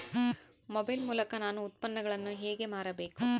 Mobile ಮೂಲಕ ನಾನು ಉತ್ಪನ್ನಗಳನ್ನು ಹೇಗೆ ಮಾರಬೇಕು?